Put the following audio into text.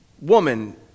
woman